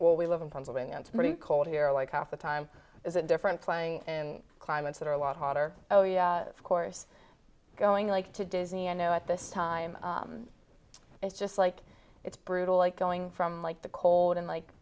when we live in pennsylvania it's pretty cold here like half the time is it different playing in climates that are a lot hotter of course going like to disney i know at this time it's just like it's brutal like going from like the cold in like